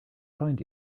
find